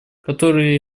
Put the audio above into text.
которые